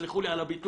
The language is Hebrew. סלחו לי על הביטוי.